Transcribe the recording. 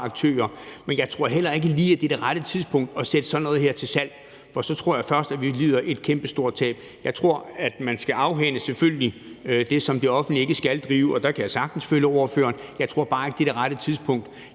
aktører, men jeg tror heller ikke lige, at det er det rette tidspunkt at sætte sådan noget her til salg, for så tror jeg først, at vi lider et kæmpe stort tab. Man skal selvfølgelig afhænde det, som det offentlige ikke skal drive, og der kan jeg sagtens følge ordføreren. Jeg tror bare ikke, det er det rette tidspunkt.